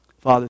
Father